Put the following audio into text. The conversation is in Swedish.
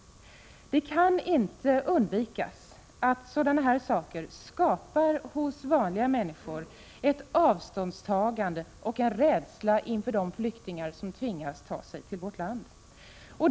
Det kan inte undvikas att sådana här saker skapar ett avståndstagande och en rädsla hos vanliga människor inför de flyktingar som tvingas ta sig till vårt land.